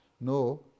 No